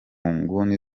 nguni